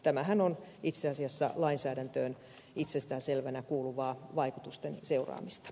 tämähän on itse asiassa lainsäädäntöön itsestään selvänä kuuluvaa vaikutusten seuraamista